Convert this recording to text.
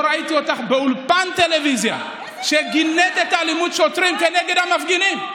לא ראיתי שאת באולפן טלוויזיה גינית את אלימות השוטרים כנגד המפגינים.